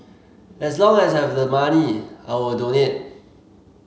as long as I have the money I will donate